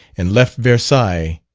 and left versailles,